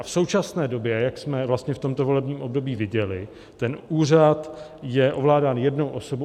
V současné době, jak jsme vlastně v tomto volebním období viděli, ten úřad je ovládán jednou osobou.